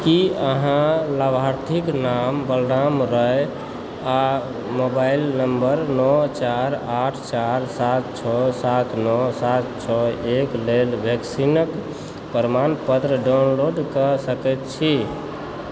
की अहाँ लाभार्थीके नाम बलराम रॉय आ मोबाइल नम्बर नओ चारि आठ चारि सात छओ सात नओ सात छओ एक लेल वैक्सीनके प्रमाणपत्र डाउनलोड कऽ सकैत छी